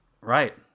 Right